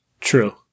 True